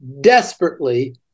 desperately